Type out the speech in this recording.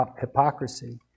hypocrisy